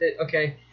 Okay